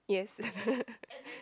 yes